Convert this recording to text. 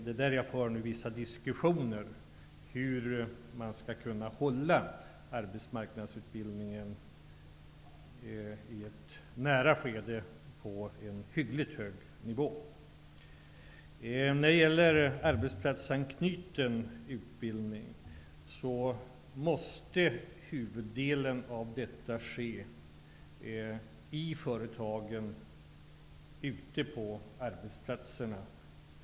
Det har förekommit en del diskussioner om hur man i ett nära skede skall kunna hålla arbetsmarknadsutbildningen på en hyggligt hög nivå. Om den arbetsplatsanknutna utbildningen vill jag säga att huvuddelen av denna måste ske i företagen ute på arbetsplatserna.